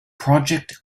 project